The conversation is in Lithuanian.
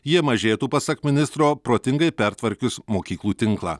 jie mažėtų pasak ministro protingai pertvarkius mokyklų tinklą